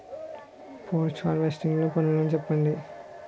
Post harvesting లో పనులను చెప్పండి?